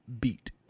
beat